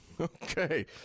okay